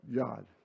God